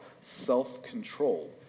self-control